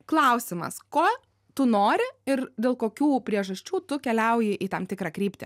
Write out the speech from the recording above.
klausimas ko tu nori ir dėl kokių priežasčių tu keliauji į tam tikrą kryptį